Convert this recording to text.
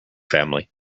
family